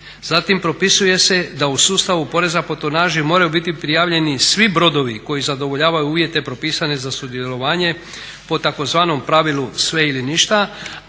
Zatim propisuje se da u sustavu poreza po tonaži moraju biti prijavljeni svi brodovi koji zadovoljavaju uvjete propisane za sudjelovanje po tzv. pravilu sve ili ništa,